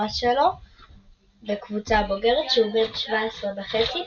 שלו בקבוצה הבוגרת כשהוא בן 17 וחצי,